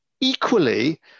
Equally